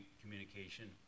communication